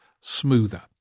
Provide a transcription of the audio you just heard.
smoother